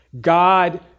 God